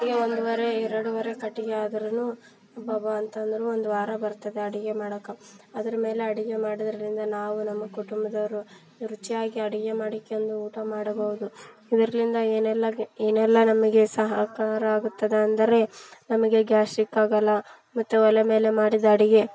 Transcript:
ಒಂದು ಹೊರೆ ಎರಡು ಹೊರೆ ಕಟ್ಗೆ ಆದ್ರೂ ಅಬ್ಬಬ್ಬ ಅಂತಂದ್ರೆ ಒಂದು ವಾರ ಬರ್ತದೆ ಅಡಿಗೆ ಮಾಡೋಕೆ ಅದ್ರ ಮೇಲೆ ಅಡಿಗೆ ಮಾಡೋದ್ರಿಂದ ನಾವು ನಮ್ಮ ಕುಟುಂಬದವ್ರು ರುಚಿಯಾಗಿ ಅಡಿಗೆ ಮಾಡಿಕೊಂಡು ಊಟ ಮಾಡಬೋದು ಇದ್ರಿಂದ ಏನೆಲ್ಲ ಏನೆಲ್ಲ ನಮಗೆ ಸಹಕಾರ ಆಗುತ್ತದೆ ಅಂದರೆ ನಮಗೆ ಗ್ಯಾಸ್ಟ್ರಿಕ್ ಆಗೋಲ್ಲ ಮತ್ತು ಒಲೆ ಮೇಲೆ ಮಾಡಿದ ಅಡಿಗೆ